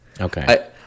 okay